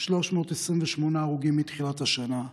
328 הרוגים מתחילת השנה.